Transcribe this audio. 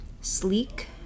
Sleek